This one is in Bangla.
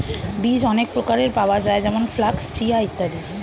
বীজ অনেক প্রকারের পাওয়া যায় যেমন ফ্ল্যাক্স, চিয়া ইত্যাদি